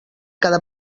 cada